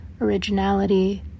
originality